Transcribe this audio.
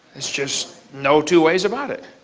there's just no two ways about it.